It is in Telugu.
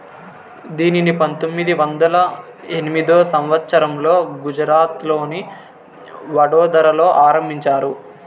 దీనిని పంతొమ్మిది వందల ఎనిమిదో సంవచ్చరంలో గుజరాత్లోని వడోదరలో ఆరంభించారు